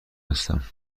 هستم